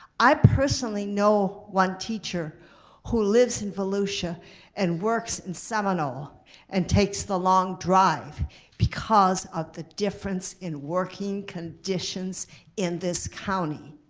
i personally know one teacher who lives in volusia and works in seminole and takes the long drive because of the difference in working conditions in this county.